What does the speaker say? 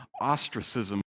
ostracism